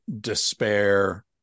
despair